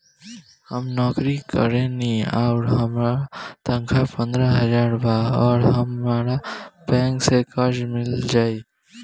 हम नौकरी करेनी आउर हमार तनख़ाह पंद्रह हज़ार बा और हमरा बैंक से कर्जा मिल जायी?